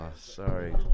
sorry